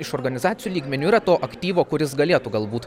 iš organizacijų lygmeniu yra to aktyvo kuris galėtų galbūt